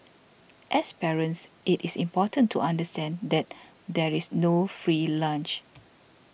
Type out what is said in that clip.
as parents it is important to understand that there is no free lunch